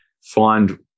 find